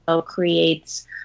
creates